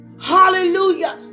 Hallelujah